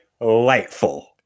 delightful